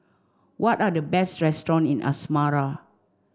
what are the best restaurant in Asmara